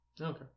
Okay